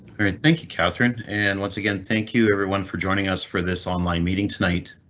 thank you, catherine ann. once again thank you everyone for joining us for this online meeting tonight.